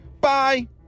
Bye